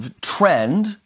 trend